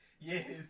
Yes